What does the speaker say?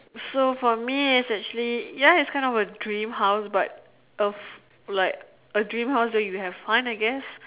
so for me it's actually ya it's kind of a dream house but a like a dream house where you have fun I guess